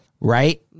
right